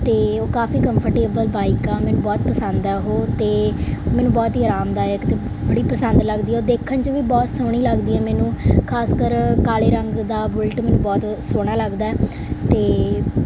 ਅਤੇ ਉਹ ਕਾਫ਼ੀ ਕੰਫਰਟੇਬਲ ਬਾਈਕ ਆ ਮੈਨੂੰ ਬਹੁਤ ਪਸੰਦ ਆ ਉਹ ਅਤੇ ਮੈਨੂੰ ਬਹੁਤ ਹੀ ਆਰਾਮਦਾਇਕ ਅਤੇ ਬੜੀ ਪਸੰਦ ਲੱਗਦੀ ਉਹ ਦੇਖਣ 'ਚ ਵੀ ਬਹੁਤ ਸੋਹਣੀ ਲੱਗਦੀ ਹੈ ਮੈਨੂੰ ਖਾਸ ਕਰ ਕਾਲੇ ਰੰਗ ਦਾ ਬੁਲਟ ਮੈਨੂੰ ਬਹੁਤ ਸੋਹਣਾ ਲੱਗਦਾ ਅਤੇ